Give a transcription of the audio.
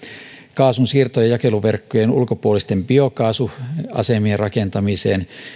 kaasun siirto ja jakeluverkkojen ulkopuolisten biokaasuasemien rakentamiseen